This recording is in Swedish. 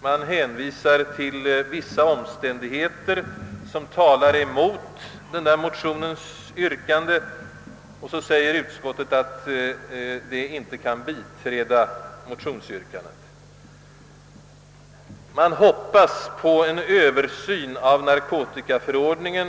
Utskottet hänvisar till vissa omständigheter, som talar emot den sist åsyftade motionens yrkande, och tillägger att man inte kan biträda motionsyrkandet. Utskottet hoppas på en översyn av narkotikaförordningen,